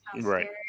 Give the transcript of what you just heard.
Right